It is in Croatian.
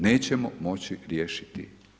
Nećemo moći riješiti.